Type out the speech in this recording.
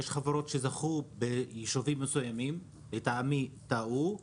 יש חברות שזכו ביישובים מסוימים - לטעמי טעו,